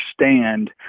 understand